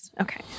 Okay